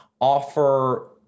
offer